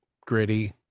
gritty